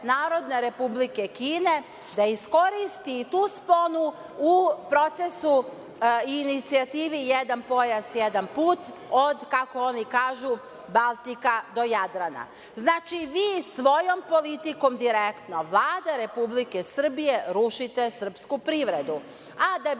Narodne Republike Kine da iskoristi i tu sponu u procesu inicijative „Jedan pojas-jedan put“, kako oni kažu, od Baltika do Jadrana. Znači, vi svojom politikom, direktno, Vlada Republike Srbije rušite srpsku privredu,